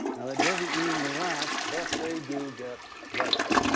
now, that doesn't mean relax, but they do get better.